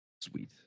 Sweet